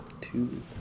two